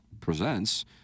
presents